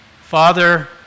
Father